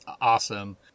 awesome